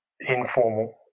informal